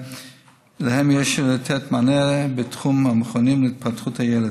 יש לתת מענה בתחום המכונים להתפתחות הילד.